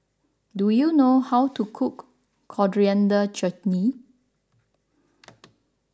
do you know how to cook Coriander Chutney